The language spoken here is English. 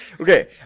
Okay